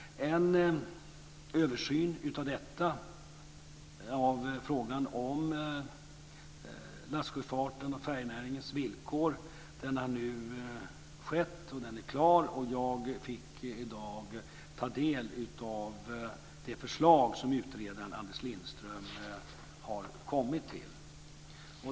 En översyn av frågan om lastsjöfartens och färjenäringens villkor har skett, och den är nu klar. Jag fick i dag ta del av det förslag som utredaren Anders Lindström har kommit till.